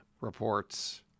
reports